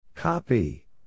Copy